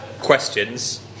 questions